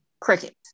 Cricket